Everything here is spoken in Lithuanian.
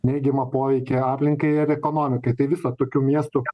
neigiamą poveikį aplinkai ir ekonomikai tai viso tokių miestų